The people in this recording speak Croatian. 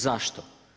Zašto?